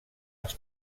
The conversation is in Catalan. els